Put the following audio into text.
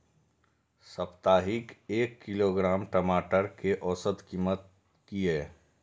साप्ताहिक एक किलोग्राम टमाटर कै औसत कीमत किए?